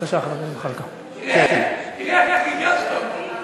תראה איך ריגשת אותו.